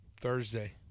Thursday